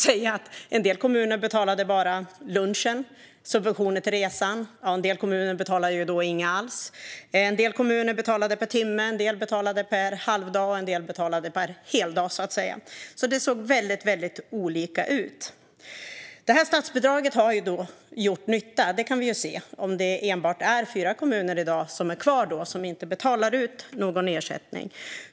En del kommuner betalade bara lunchen och subventioner för resan. En del betalade alltså inget alls. En del kommuner betalade per timme, en del betalade per halvdag och en del betalade per heldag. Det såg väldigt olika ut. Statsbidraget har gjort nytta; det kan vi se eftersom det endast är fyra kommuner kvar i dag som inte betalar ut någon ersättning.